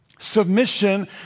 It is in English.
Submission